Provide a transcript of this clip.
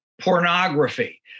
pornography